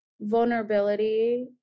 vulnerability